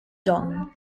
john